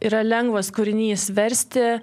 yra lengvas kūrinys versti